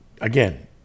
again